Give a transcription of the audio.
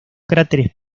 cráteres